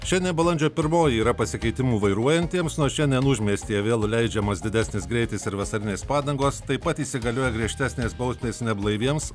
šiandien balandžio pirmoji yra pasikeitimų vairuojantiems nuo šiandien užmiestyje vėl leidžiamas didesnis greitis ir vasarinės padangos taip pat įsigalioja griežtesnės bausmės neblaiviems